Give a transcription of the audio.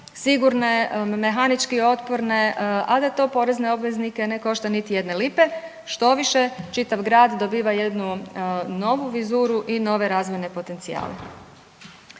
sigurne, mehanički otporne, a da to porezne obveznike ne košta niti jedne lipe. Štoviše čitav grad dobiva jednu novu vizuru i nove razvojne potencijale.